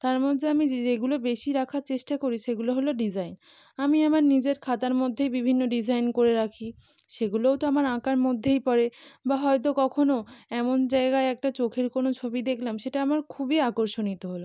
তার মধ্যে আমি যে যেগুলো বেশি রাখার চেষ্টা করি সেগুলো হলো ডিজাইন আমি আমার নিজের খাতার মধ্যেই বিভিন্ন ডিজাইন করে রাখি সেগুলোও তো আমার আঁকার মধ্যেই পড়ে বা হয়তো কখনো এমন জায়গায় একটা চোখের কোনও ছবি দেখলাম সেটা আমার খুবই আকর্ষণীয় হলো